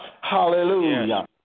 hallelujah